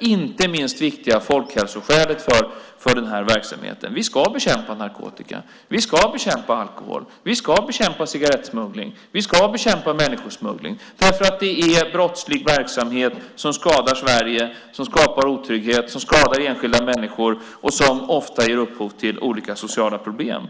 Inte minst viktigt när det gäller den här verksamheten är folkhälsan. Vi ska bekämpa narkotika. Vi ska bekämpa alkohol. Vi ska bekämpa cigarrettsmuggling. Vi ska bekämpa människosmuggling. Detta är brottslig verksamhet som skadar Sverige, som skapar otrygghet, som skadar enskilda människor och som ofta ger upphov till olika sociala problem.